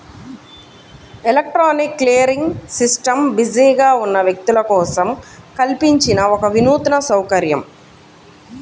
electronic clearing system బిజీగా ఉన్న వ్యక్తుల కోసం కల్పించిన ఒక వినూత్న సౌకర్యం